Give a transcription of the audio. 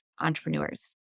entrepreneurs